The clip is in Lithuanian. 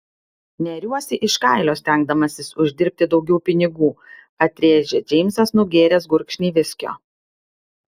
neriuosi iš kailio stengdamasis uždirbti daugiau pinigų atrėžė džeimsas nugėręs gurkšnį viskio